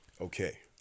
Okay